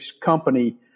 company